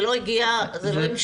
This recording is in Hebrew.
זה לא הגיע, זה לא המשיך.